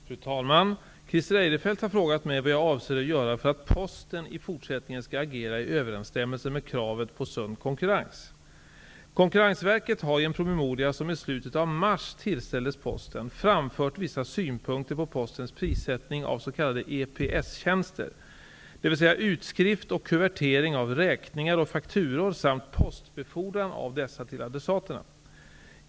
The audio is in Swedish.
Fru talman! Christer Eirefelt har frågat mig vad jag avser att göra för att Posten i fortsättningen skall agera i överensstämmelse med kravet på sund konkurrens. Konkurrensverket har i en promemoria som i slutet av mars tillställdes Posten framfört vissa synpunkter på Postens prissättning av s.k. EPS tjänster, dvs. utskrift och kuvertering av räkningar och fakturor samt postbefordran av dessa till adressaterna.